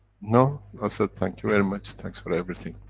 no. i said, thank you very much. thanks for everything.